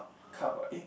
cup ah eh